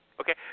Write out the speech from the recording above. Okay